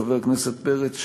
חבר הכנסת פרץ,